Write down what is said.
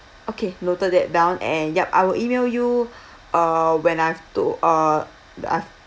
okay noted that down and yup I will email you uh when I've told uh the I've